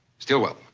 stillwell,